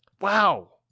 Wow